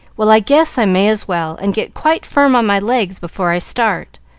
well, i guess i may as well, and get quite firm on my legs before i start.